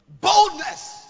boldness